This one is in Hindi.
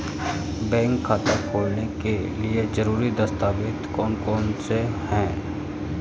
बैंक खाता खोलने के लिए ज़रूरी दस्तावेज़ कौन कौनसे हैं?